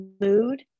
mood